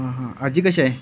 हां हां आजी कशी आहे